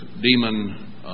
demon